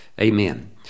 Amen